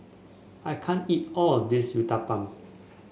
I can't eat all of this Uthapam